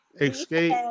escape